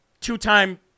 two-time